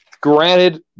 granted